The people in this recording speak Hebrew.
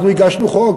אנחנו הגשנו חוק,